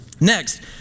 Next